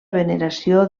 veneració